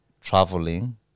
traveling